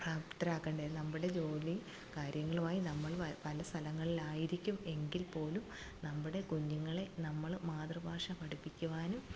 പ്രാപ്തരാക്കണ്ടത് നമ്മുടെ ജോലി കാര്യങ്ങളുമായി നമ്മള് പല സ്ഥലങ്ങളിലായിരിക്കും എങ്കിൽ പോലും നമ്മുടെ കുഞ്ഞുങ്ങളെ നമ്മള് മാതൃഭാഷ പഠിപ്പിക്കുവാനും